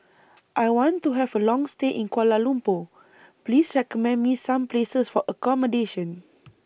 I want to Have A Long stay in Kuala Lumpur Please recommend Me Some Places For accommodation